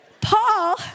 Paul